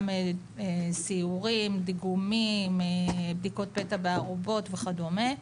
גם סיורים, דיגומים, בדיקות פתע בארובות וכדומה.